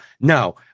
No